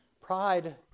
Pride